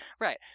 Right